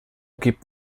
gibt